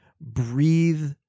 breathe